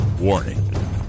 Warning